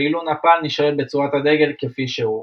ואילו נפאל נשארת בצורת הדגל כפי שהוא,